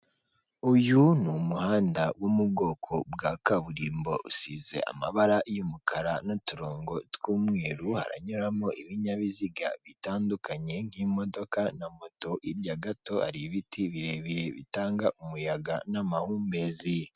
Uyu ni umuhanda wo mu bwoko bwa kaburimbo usize amabara y'umukara n'uturongo tw'umweru haranyuramo ibinyabiziga bitandukanye nk'imodoka na moto hirya gato hari ibiti birebire bitanga umuyaga n'amahumbezi.